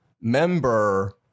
member